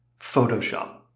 Photoshop